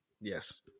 Yes